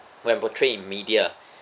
when portrayed in media